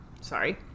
sorry